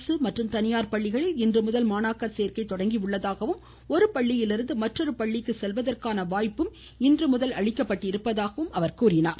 அரசு மற்றும் தனியார் பள்ளிகளில் இன்று முதல் மாணாக்கர் சேர்க்கை தொடங்கியுள்ளதாகவும் ஒரு பள்ளியிலிருந்து மற்றொரு பள்ளிக்கு செல்வதற்கான வாய்ப்பும் இன்றுமுதல் அளிக்கப்பட்டுள்ளதாகவும் கூறினார்